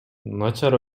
начар